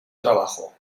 trabajo